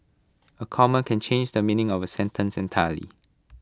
A comma can change the meaning of A sentence entirely